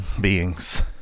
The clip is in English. beings